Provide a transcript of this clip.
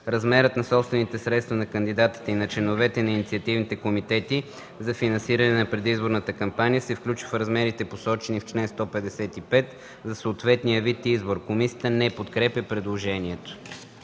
Размерът на собствените средства на кандидатите и на членовете на инициативните комитети за финансиране на предизборната кампания се включва в размерите посочени в чл. 155 за съответния вид избор.” Комисията не подкрепя предложението.